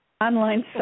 online